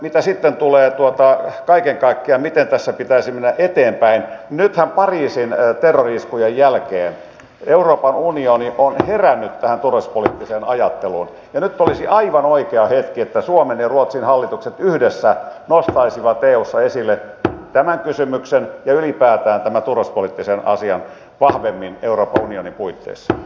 mitä sitten tulee kaiken kaikkiaan siihen miten tässä pitäisi mennä eteenpäin nythän pariisin terrori iskujen jälkeen euroopan unioni on herännyt tähän turvallisuuspoliittiseen ajatteluun ja nyt olisi aivan oikea hetki että suomen ja ruotsin hallitukset yhdessä nostaisivat eussa esille tämän kysymyksen ja ylipäätään tämän turvallisuuspoliittisen asian vahvemmin euroopan unionin puitteissa